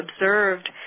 observed